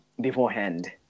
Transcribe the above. beforehand